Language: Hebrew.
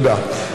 תודה.